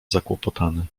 zakłopotany